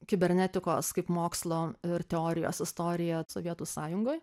kibernetikos kaip mokslo ir teorijos istorija sovietų sąjungoj